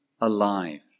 alive